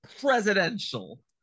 presidential